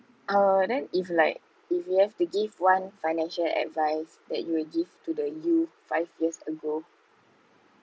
uh then if like if you have to give one financial advice that you will give to the you five years ago